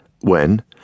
When